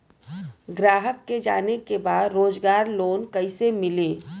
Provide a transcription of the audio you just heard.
ग्राहक के जाने के बा रोजगार लोन कईसे मिली?